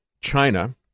China